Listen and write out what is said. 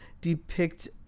depict